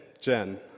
Jen